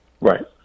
Right